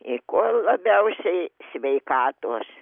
i ko labiausiai sveikatos